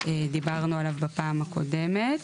דיברנו עליו בפעם הקודמת.